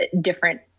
different